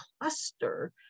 cluster